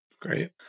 Great